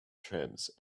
trims